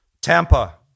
Tampa